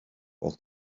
was